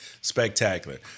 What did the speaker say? spectacular